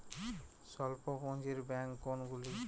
স্বল্প পুজিঁর ব্যাঙ্ক কোনগুলি?